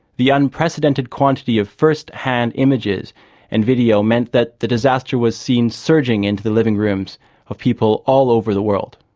the unprecedented quantity of first-hand images and video meant that the disaster was seen surging into the living rooms of people all over the world.